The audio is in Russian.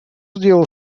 сделал